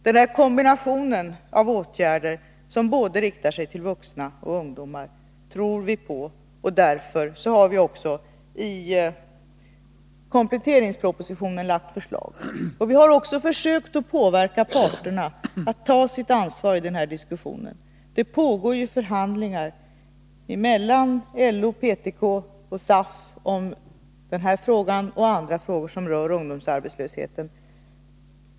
Den kombination av åtgärder som riktar sig till både vuxna och ungdomar tror vi på, och därför har vi också i kompletteringspropositionen lagt fram sådana förslag. Vi har även försökt att påverka parterna att ta sitt ansvar i den här diskussionen. Det pågår ju förhandlingar mellan LO, PTK och SAF om den här frågan och andra frågor som rör ungdomsarbetslösheten.